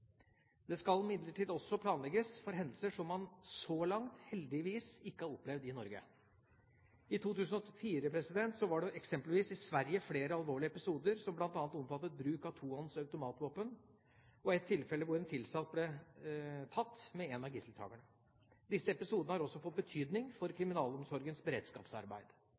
Det skal imidlertid også planlegges for hendelser som man så langt heldigvis ikke har opplevd i Norge. I 2004 var det eksempelvis i Sverige flere alvorlige episoder som bl.a. omfattet bruk av tohånds automatvåpen, og ett tilfelle hvor en tilsatt ble tatt med av en av gisseltakerne. Disse episodene har også fått betydning for kriminalomsorgens beredskapsarbeid.